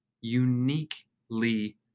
uniquely